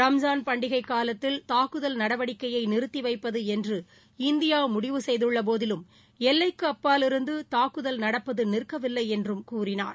ரம்ஜான் பண்டிகை காலத்தில் தாக்குதல் நடவடிக்கையை நிறுத்தி வைப்பது என்று இந்தியா முடிவு செய்துள்ளபோதிலும் எல்லைக்கு அப்பால் இருந்து தாக்குதல் நடப்பது நிற்க வில்லை என்றும் கூறினார்